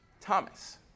Thomas